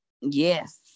Yes